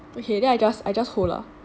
okay then I just I just hold lah